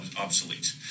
obsolete